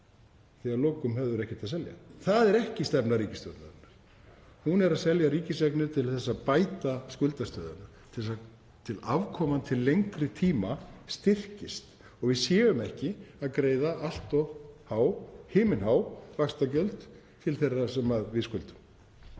að að lokum hefðu þeir ekkert að selja. Það er ekki stefna ríkisstjórnarinnar. Hún er að selja ríkiseignir til þess að bæta skuldastöðuna til þess að afkoman til lengri tíma styrkist og við séum ekki að greiða allt of há, himinhá vaxtagjöld til þeirra sem við skuldum.